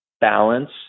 balance